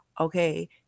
Okay